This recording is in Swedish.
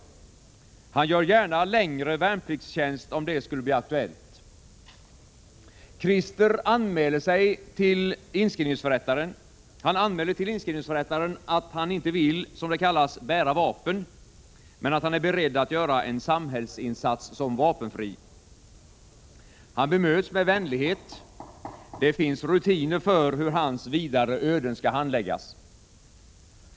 Han gör gärna längre värnpliktstjänst om det skulle bli aktuellt. Krister anmäler till inskrivningsförrättaren, att han inte vill — som det kallas — ”bära vapen”, men att han är beredd att göra en samhällsinsats som vapenfri. Han bemöts med vänlighet. Det finns rutiner för hur hans vidare öden skall handläggas.